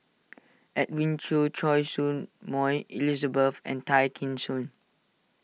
Edwin Siew Choy Su Moi Elizabeth and Tay Kheng Soon